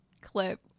clip